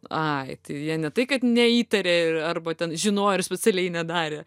ai tai vieni tai kad neįtarė ir arba ten žinojo ir specialiai nedarė